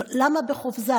אבל למה בחופזה?